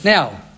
Now